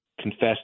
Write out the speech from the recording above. confessed